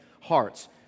hearts